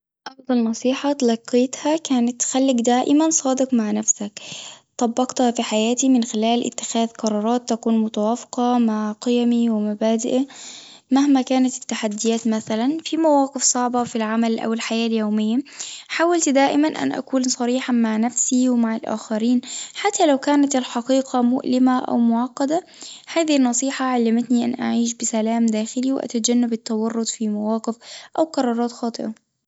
أفضل نصيحة تلقيتها كانت خلك دائمًا صادق مع نفسك، طبقتها في حياتي من خلال اتخاذ قرارات تكون متوافقة مع قيمي ومبادئي مهما كانت التحديات مثلًا في مواقف صعبة في العمل او الحياة اليومية، حاولت دائما أن أكون صريحًا مع نفسي أو مع الآخرين حتى لو كانت الحقيقة مؤلمة أو معقدة هذه النصيحة علمتني أن أعيش بسلام داخلي وأتجنب التورط في مواقف أو قرارات خاطئة.